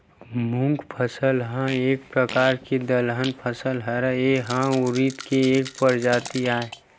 मूंग फसल ह एक परकार के दलहन फसल हरय, ए ह उरिद के एक परजाति आय